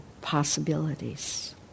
possibilities